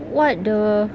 what the